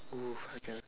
oo I can